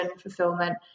fulfillment